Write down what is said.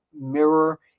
mirror